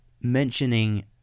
mentioning